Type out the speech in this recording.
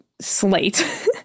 slate